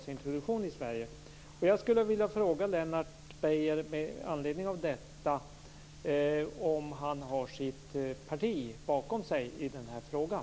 Med anledning av detta skulle jag vilja fråga Lennart Beijer om han har sitt parti bakom sig i den här frågan.